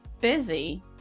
busy